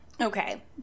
Okay